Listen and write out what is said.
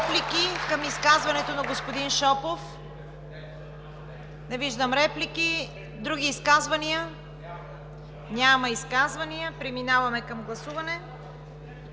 Реплики към изказването на господин Шопов? Не виждам. Други изказвания? Няма изказвания. Преминаваме към гласуване.